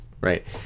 Right